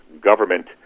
government